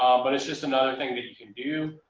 um but it's just another thing that you can do.